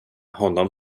honom